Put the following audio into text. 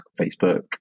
Facebook